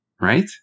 Right